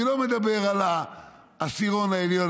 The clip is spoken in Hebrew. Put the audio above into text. אני לא מדבר על העשירון העליון,